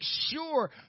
sure